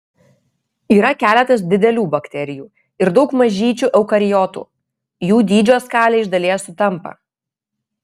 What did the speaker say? yra keletas didelių bakterijų ir daug mažyčių eukariotų jų dydžio skalė iš dalies sutampa